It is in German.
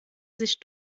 sich